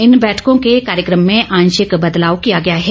इन बैठकों के कार्यक्रम में आंशिक बदलाव किया गया है